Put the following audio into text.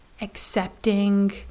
accepting